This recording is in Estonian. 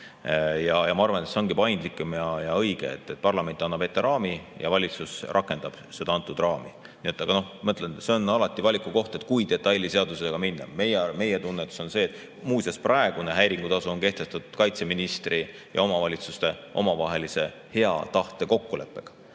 Ma arvan, et see ongi paindlikum ja õige, et parlament annab ette raami ja valitsus rakendab seda raami. Aga ma ütlen, et see on alati valiku koht, kui detailidesse seadusega minna. Meie tunnetus on see. Muuseas, praegune häiringutasu on kehtestatud kaitseministri ja omavalitsuste omavahelise hea tahte kokkuleppega.